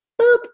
boop